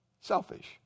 Selfish